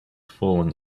falling